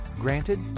Granted